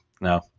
No